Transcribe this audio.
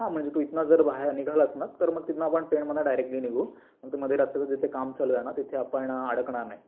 हा म्हणजे तू इथनं जर बाहेर निघालास ना तर मग तिथनं आपण पेणमधून डायरेक्टली निघू